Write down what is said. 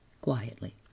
quietly